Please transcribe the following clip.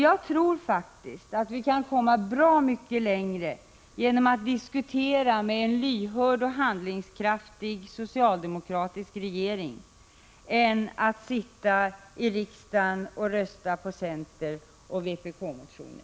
Jag tror faktiskt att vi kan komma bra mycket längre genom att diskutera med en lyhörd och handlingskraftig socialdemokratisk regering än genom att sitta i riksdagen och rösta på centeroch vpk-motioner.